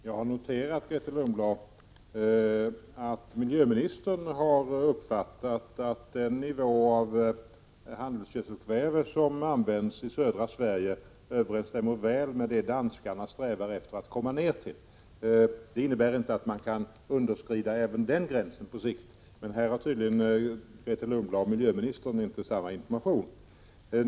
Fru talman! Jag har noterat, Grethe Lundblad, att miljöministern har uppfattat att nivån på användningen av handelsgödselkväve i södra Sverige överensstämmer väl med den nivå danskarna strävar efter att komma ner till. Det innebär inte att man inte kan underskrida även den gränsen på sikt. Här har tydligen Grethe Lundblad och miljöministern inte samma information.